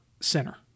center